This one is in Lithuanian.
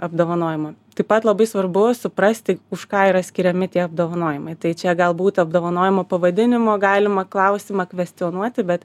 apdovanojimo taip pat labai svarbu suprasti už ką yra skiriami tie apdovanojimai tai čia galbūt apdovanojimo pavadinimo galima klausimą kvestionuoti bet